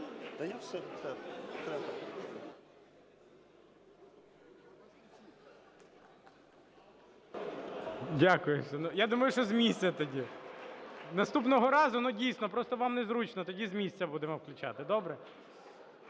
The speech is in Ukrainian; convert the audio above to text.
Дякую. Я думаю, що з місця тоді. Наступного разу, ну, дійсно, просто вам не зручно, тоді з місця будемо включати. Добре?